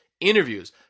interviews